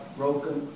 broken